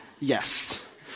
Yes